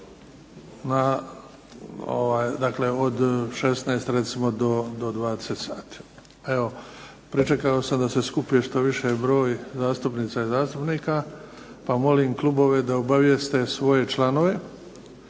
dakle od 16 recimo do 20 sati. Evo, pričekao sam da se skupi što više broj zastupnica i zastupnika, pa molim klubove da obavijeste svoje članove